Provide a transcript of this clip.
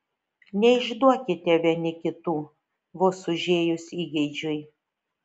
neišduokite vieni kitų vos užėjus įgeidžiui